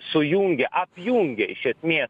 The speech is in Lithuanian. sujungia apjungia iš esmės